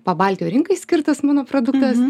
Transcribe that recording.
pabaltijo rinkai skirtas mano produktas